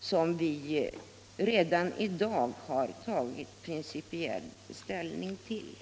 som vi redan har tagit principiell ställning till.